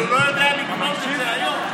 אבל הוא לא יודע לקנות את זה היום.